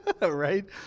Right